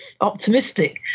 optimistic